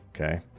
okay